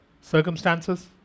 circumstances